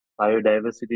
biodiversity